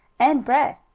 and bread,